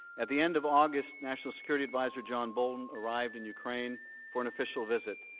at the end of august, national security advisor john bolton arrived in ukraine for an official visit.